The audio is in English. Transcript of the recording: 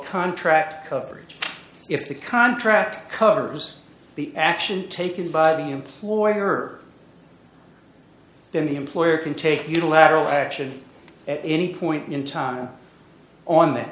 contract coverage if the contract covers the action taken by the employer then the employer can take unilateral action at any point in time on